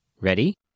Ready